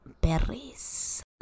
berries